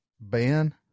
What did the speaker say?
Ben